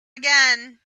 again